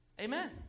Amen